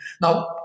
Now